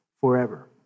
forever